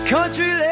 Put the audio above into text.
Country